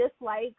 dislike